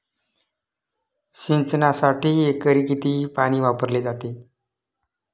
सिंचनासाठी एकरी किती पाणी वापरले जाते?